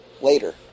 later